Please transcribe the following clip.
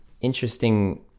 interesting